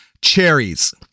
cherries